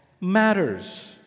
matters